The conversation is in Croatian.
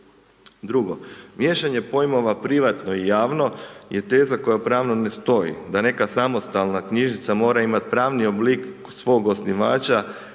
Drugo, miješanje pojmova privatno i javno je teza koja pravno ne stoji, da neka samostalna knjižnica mora imati pravni oblik svog osnivača